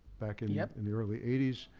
back and yeah in the early eighty s.